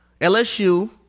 LSU